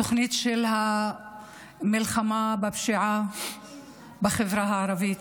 התוכנית למלחמה בפשיעה בחברה הערבית.